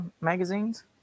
magazines